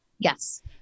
Yes